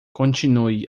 continue